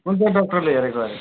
कुन चाहिँ डक्टरले हेरेको अरे